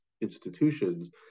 institutions